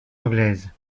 anglaise